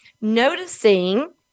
noticing